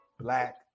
black